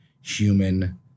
human